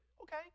Okay